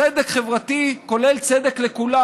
צדק חברתי כולל צדק לכולם.